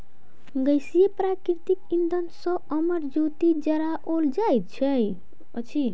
गैसीय प्राकृतिक इंधन सॅ अमर ज्योति जराओल जाइत अछि